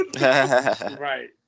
Right